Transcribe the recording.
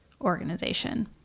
organization